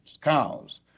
cows